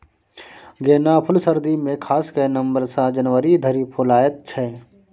गेना फुल सर्दी मे खास कए नबंबर सँ जनवरी धरि फुलाएत छै